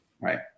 right